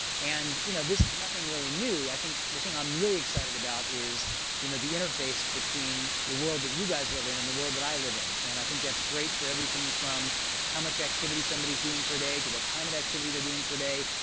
and you know this is nothing really new. i think the thing i'm really excited about is you know the interface between the world that you guys live in and the world that i live in, and i think that's great for everything from how much activity somebody's doing per day to what kind of activity they're doing per day.